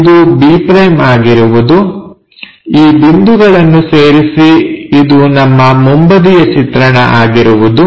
ಇದು b' ಆಗಿರುವುದು ಈ ಬಿಂದುಗಳನ್ನು ಸೇರಿಸಿ ಇದು ನಮ್ಮ ಮುಂಬದಿಯ ಚಿತ್ರಣ ಆಗಿರುವುದು